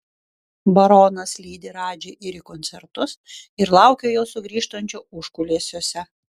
baronas lydi radži ir į koncertus ir laukia jo sugrįžtančio užkulisiuose